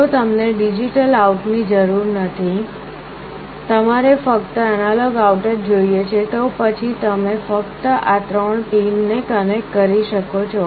જો તમને digital out ની જરૂર નથી તમારે ફક્ત એનાલોગ આઉટ જ જોઈએ છે તો પછી તમે ફક્ત આ ત્રણ પિન ને કનેક્ટ કરી શકો છો